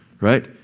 Right